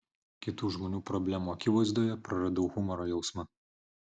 kitų žmonių problemų akivaizdoje praradau humoro jausmą